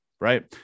right